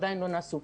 עדיין לא נעשו.